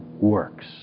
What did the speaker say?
works